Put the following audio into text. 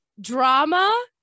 drama